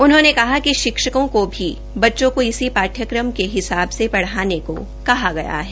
उन्होंने कहा कि अध्या कों को भी बच्चों को इसी ाठ्यक्रम के हिसाब से प्रढ़ाने को कहा गया है